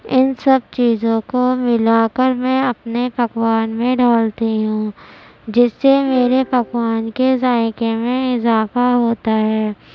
ان سب چیزوں کو ملا کر میں اپنے پکوان میں ڈالتی ہوں جس سے میرے پکوان کے ذائقے میں اضافہ ہوتا ہے